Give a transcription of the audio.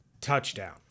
TOUCHDOWN